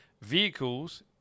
vehicles